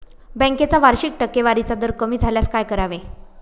बँकेचा वार्षिक टक्केवारीचा दर कमी झाल्यास काय करावे?